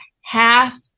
half